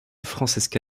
francesca